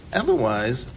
otherwise